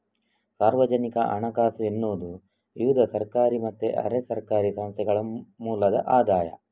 ಸಾರ್ವಜನಿಕ ಹಣಕಾಸು ಎನ್ನುವುದು ವಿವಿಧ ಸರ್ಕಾರಿ ಮತ್ತೆ ಅರೆ ಸರ್ಕಾರಿ ಸಂಸ್ಥೆಗಳ ಮೂಲದ ಆದಾಯ